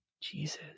Jesus